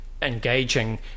Engaging